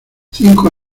cinco